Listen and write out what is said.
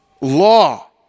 law